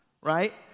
right